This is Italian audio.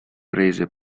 prese